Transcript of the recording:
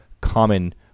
common